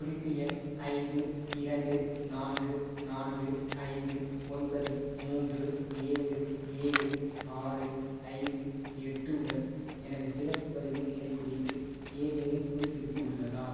குறிப்பு எண் ஐந்து இரண்டு நான்கு நான்கு ஐந்து ஒன்பது மூன்று ஏழு ஏழு ஆறு ஐந்து எட்டு உடன் எனது பிறப்புப் பதிவின் நிலை குறித்து ஏதேனும் புதுப்பிப்பு உள்ளதா